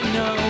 no